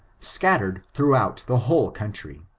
scattered throughout the whole country.